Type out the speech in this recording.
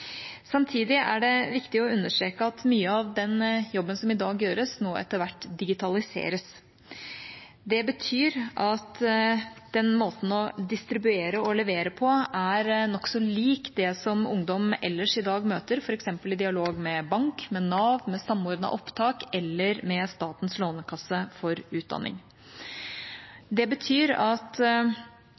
Samtidig er det viktig å understreke at mye av den jobben som i dag gjøres, nå etter hvert digitaliseres. Det betyr at måten å distribuere og levere på er nokså lik det ungdom møter ellers i dag, f.eks. i dialog med bank, med Nav, med Samordna opptak eller med Statens lånekasse for utdanning. Det betyr at